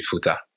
Futa